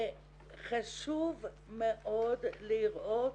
וחשוב מאוד לראות